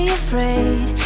afraid